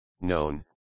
known